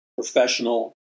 professional